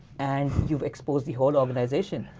and you've exposed the whole organization.